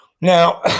Now